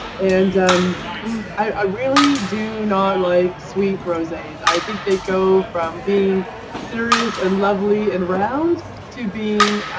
and um i really do not like sweet roses. i think they go from being serious and lovely and round to being